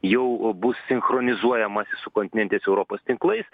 jau bus sinchronizuojamasi su kontinentinės europos tinklais